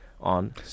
on